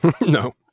No